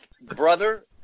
brother